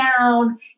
down